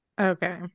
okay